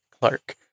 Clark